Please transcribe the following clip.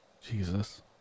Jesus